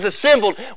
assembled